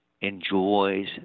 enjoys